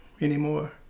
anymore